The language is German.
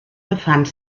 befand